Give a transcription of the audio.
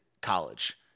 college